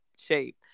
Shape